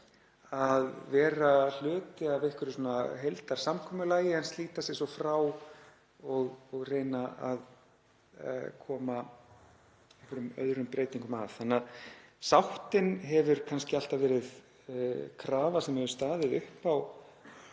að vera hluti af einhverju heildarsamkomulagi en slíta sig svo frá og reyna að koma einhverjum öðrum breytingum að, þannig að sáttin hefur kannski alltaf verið krafa sem hefur staðið upp á